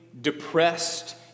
depressed